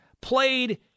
played